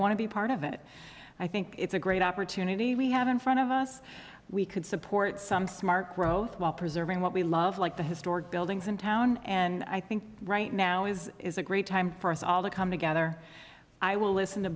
want to be part of it i think it's a great opportunity we have in front of us we could support some smart growth while preserving what we love like the historic buildings in town and i think right now is is a great time for us all to come together i will listen to